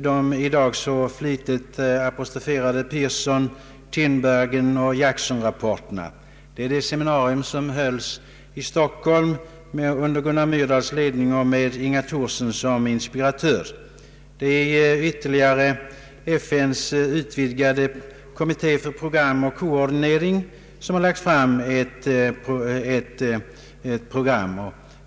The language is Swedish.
de i dag så flitigt apostroferade Pearson-, Tinbergenoch Jacksonrapporterna, och det är det seminarium som hölls i Stockholm under Gunnar Myrdals ledning och med Inga Thorsson som inspiratör. Det är vidare FN:s utvidgade kommitté för program och koordinering som har lagt fram